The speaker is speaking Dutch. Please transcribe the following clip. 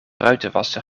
ruitenwasser